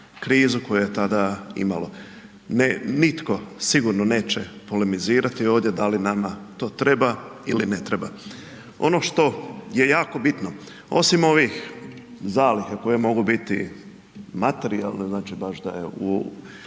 krizu koju je tada imalo. Ne, nitko sigurno neće polemizirati ovdje da li nama to treba ili ne treba. Ono što je jako bitno, osim ovih zaliha koje mogu biti materijalne, znači, baš da je u